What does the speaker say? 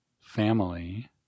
family